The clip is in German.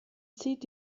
zieht